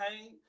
hey